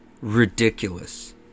ridiculous